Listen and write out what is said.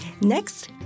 Next